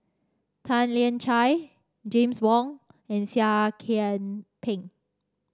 Tan Lian Chye James Wong and Seah Kian Peng